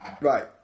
Right